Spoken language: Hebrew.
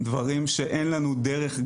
דברים שאין לנו דרך,